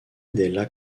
della